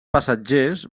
passatgers